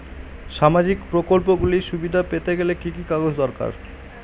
সামাজীক প্রকল্পগুলি সুবিধা পেতে গেলে কি কি কাগজ দরকার?